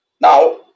Now